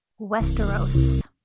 Westeros